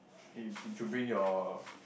if you bring your